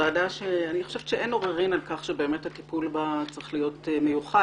ועדה שאני חושבת שאין עוררין על כך שהטיפול בה צריך להיות מיוחד.